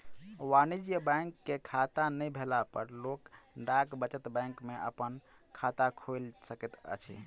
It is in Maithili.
वाणिज्य बैंक के खाता नै भेला पर लोक डाक बचत बैंक में अपन खाता खोइल सकैत अछि